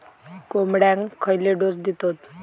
कोंबड्यांक खयले डोस दितत?